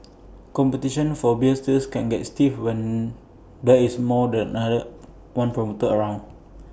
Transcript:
competition for beer sales can get stiff when there is more than another one promoter around